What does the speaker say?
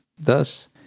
Thus